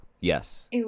Yes